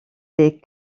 des